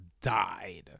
died